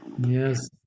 Yes